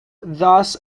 thus